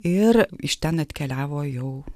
ir iš ten atkeliavo jau